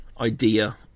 idea